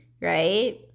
right